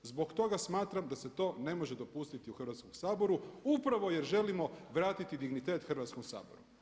Zbog toga smatram da se to ne može dopustiti u Hrvatskom saboru upravo jer želimo vratiti dignitet Hrvatskom saboru.